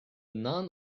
none